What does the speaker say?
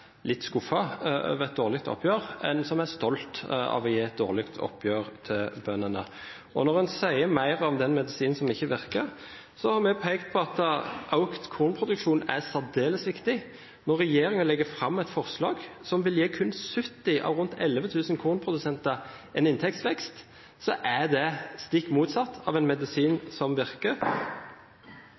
litt skuffet over et dårlig oppgjør, enn en som er stolt av å gi et dårlig oppgjør til bøndene. Når en sier mer om den medisinen som ikke virker, har vi pekt på at økt kornproduksjon er særdeles viktig. Når regjeringen legger fram et forslag som kun vil gi 70 av rundt 11 000 kornprodusenter en inntektsvekst, er det stikk motsatt av en medisin som virker.